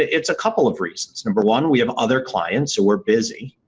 it's a couple of reasons. number one, we have other clients who are busy.